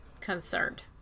concerned